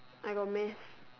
I got math